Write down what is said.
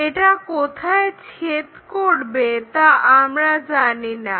এটা কোথায় ছেদ করবে তা আমরা জানিনা